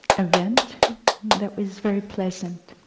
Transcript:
event that was very pleasant.